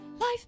Life